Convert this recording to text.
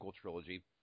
trilogy